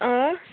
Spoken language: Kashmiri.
آ